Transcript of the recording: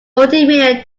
multimillion